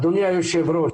אדוני היושב ראש,